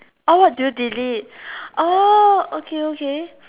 oh what did you delete oh okay okay